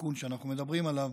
התיקון שאנחנו מדברים עליו,